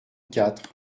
quatre